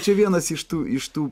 čia vienas iš tų iš tų